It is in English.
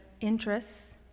interests